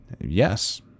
Yes